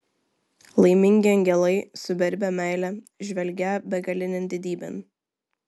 laimingi angelai su beribe meile žvelgią begalinėn didybėn